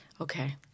Okay